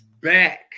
back